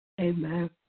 Amen